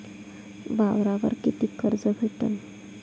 वावरावर कितीक कर्ज भेटन?